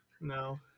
No